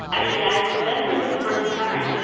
i you know, i remember the first time,